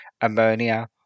ammonia